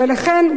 ולכן,